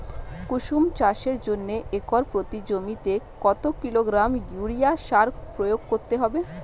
কুসুম চাষের জন্য একর প্রতি জমিতে কত কিলোগ্রাম ইউরিয়া সার প্রয়োগ করতে হবে?